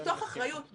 מתוך אחריות,